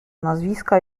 nazwiska